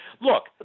look